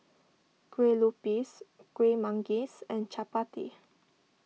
Kueh Lupis Kueh Manggis and Chappati